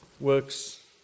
works